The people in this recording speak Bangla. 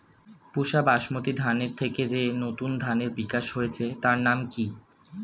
পুসা বাসমতি ধানের থেকে যে নতুন ধানের বিকাশ হয়েছে তার নাম কি?